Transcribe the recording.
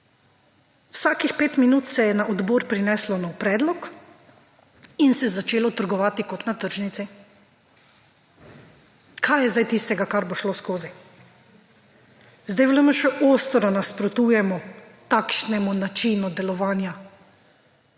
Vsakih pet minut se je na odbor prineslo nov predlog in se začelo trgovati kot na tržnici, kaj je zdaj tistega kar bo šlo skozi. V LMŠ ostro nasprotujemo takšnemu načinu delovanja